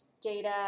data